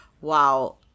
wow